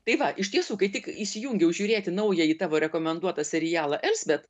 tai va iš tiesų kai tik įsijungiau žiūrėti naująjį tavo rekomenduotą serialą elsbet